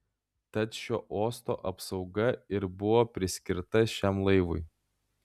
tad šio uosto apsauga ir buvo priskirta šiam laivui